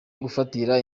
gufatira